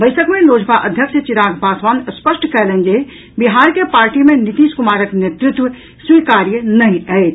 बैसक मे लोजपा अध्यक्ष चिराग पासवान स्पष्ट कयलनि जे पार्टी के बिहार मे नीतीश कुमारक नेतृत्व स्वीकार्य नहि अछि